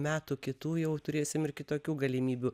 metų kitų jau turėsim ir kitokių galimybių